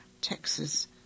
Texas